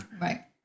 Right